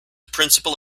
principal